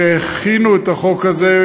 שהכינו את החוק הזה,